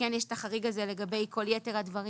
שכן יש את החריג הזה לגבי כל יתר הדברים